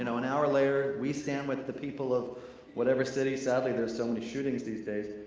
and an hour later, we stand with the people of whatever city, sadly there's so many shootings these days.